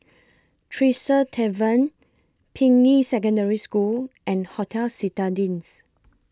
Tresor Tavern Ping Yi Secondary School and Hotel Citadines